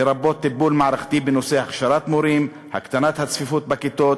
לרבות טיפול מערכתי בנושא הכשרת מורים והקטנת הצפיפות בכיתות,